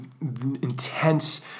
intense